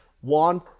one